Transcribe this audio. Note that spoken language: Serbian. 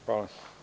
Hvala.